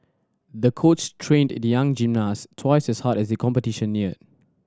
the coach trained the young gymnast twice as hard as competition neared